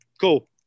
cool